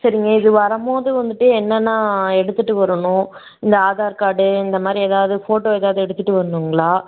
சரிங்க இது வரும்போது வந்துட்டு என்னென்ன நான் எடுத்துகிட்டு வரணும் இந்த ஆதார் கார்டு இந்தமாதிரி எதாவது ஃபோட்டோ எதாவது எடுத்துகிட்டு வரணுங்களா